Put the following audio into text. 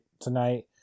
tonight